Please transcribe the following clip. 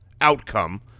outcome